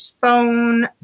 phone